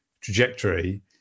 trajectory